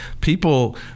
People